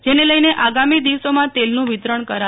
જેને લઇને આગામી દિવસોમાં તેલનું વિતરણ કરાશે